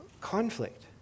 conflict